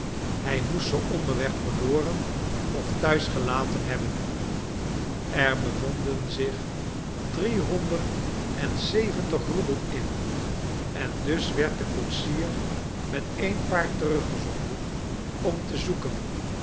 hij moest ze onderweg verloren of thuis gelaten hebben er bevonden zich driehonderd en zeventig roebel in en dus werd de koetsier met één paard teruggezonden om te zoeken